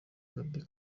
gaby